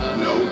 no